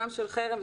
גם של חרם,